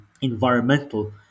environmental